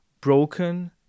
broken